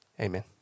Amen